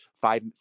five